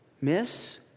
Miss